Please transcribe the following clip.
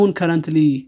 currently